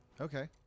Okay